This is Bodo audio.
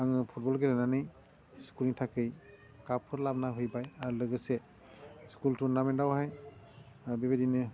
आङो फुटबल गेलेनानै स्कुलनि थाखाय कापफोर लाबोना होफैबाय आरो लोगोसे स्कुल टुरनामेन्टआवहाय बेबायदिनो